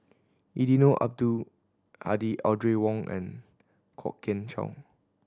Eddino Abdul Hadi Audrey Wong and Kwok Kian Chow